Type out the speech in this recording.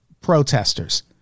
protesters